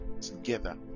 together